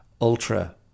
ultra